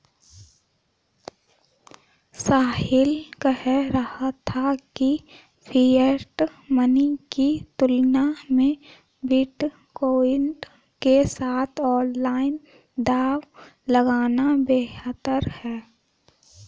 साहिल कह रहा था कि फिएट मनी की तुलना में बिटकॉइन के साथ ऑनलाइन दांव लगाना बेहतर हैं